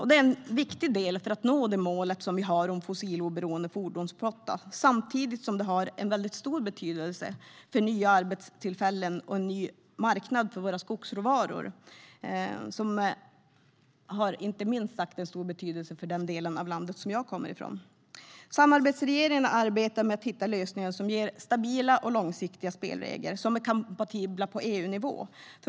Det är en viktig del för att nå det mål som vi har om en fossiloberoende fordonsflotta, samtidigt som detta har stor betydelse för nya arbetstillfällen och en ny marknad för våra skogsråvaror, inte minst för den del av landet som jag kommer från. Samarbetsregeringen arbetar med att hitta lösningar som ger stabila och långsiktiga spelregler som är kompatibla på EU-nivå.